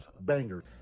bangers